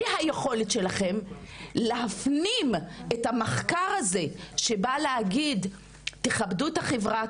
אי היכולת שלכן להפנים את המחקר הזה שבא להגיד תכבדו את החברה,